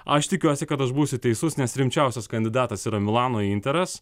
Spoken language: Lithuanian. aš tikiuosi kad aš būsiu teisus nes rimčiausias kandidatas yra milano interas